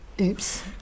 Oops